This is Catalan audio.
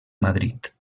madrid